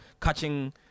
catching